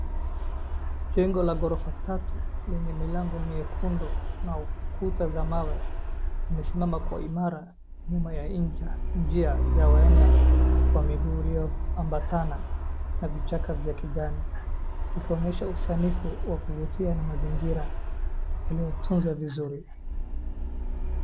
Jengo la gorofa tatu lenye milango miekundu na ukuta za mawe zimesimama kwa umara nyuma ya nja njia ya waenda kwa miguu iliyoambatana na vichaka vya kijani ikionyesha usanifu wa kuvutia na mazingira inayotunza vizuri.